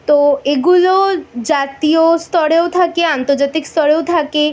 তো এগুলো জাতীয় স্তরেও থাকে আন্তর্জাতিক স্তরেও থাকে